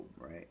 right